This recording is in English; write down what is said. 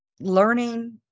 Learning